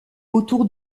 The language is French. autour